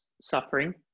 suffering